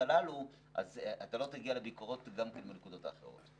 הללו אתה לא תגיע לביקורות גם בנקודות האחרות.